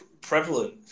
prevalent